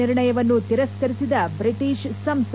ನಿರ್ಣಯವನ್ನು ತಿರಸ್ನ ರಿಸಿದ ಬ್ರಿಟಿಷ್ ಸಂಸತ್